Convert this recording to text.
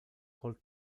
col